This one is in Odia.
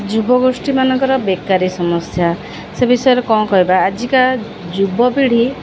ଯୁବଗୋଷ୍ଠୀ ମାନଙ୍କର ବେକାରୀ ସମସ୍ୟା ସେ ବିଷୟରେ କ'ଣ କହିବା ଆଜିକା ଯୁବପିଢ଼ି